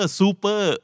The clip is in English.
super